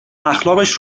اخلاقش